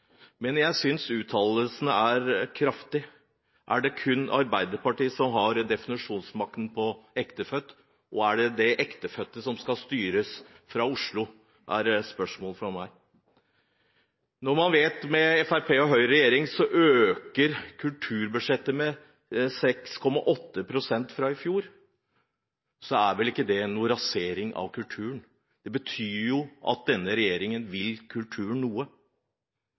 Men jeg synes uttalelsen er kraftig. Er det kun Arbeiderpartiet som har definisjonsmakten på «ektefødt», og er det det ektefødte som skal styres fra Oslo? Det er spørsmålet fra meg. Når man vet at med Fremskrittspartiet og Høyre i regjering øker kulturbudsjettet med 6,8 pst. fra i fjor, er vel ikke det noen rasering av kulturen. Det betyr at denne regjeringen vil kulturen noe.